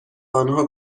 آنها